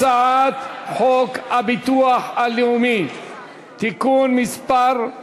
הצעת חוק הביטוח הלאומי (תיקון מס' 162),